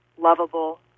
lovable